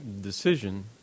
decision